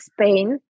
spain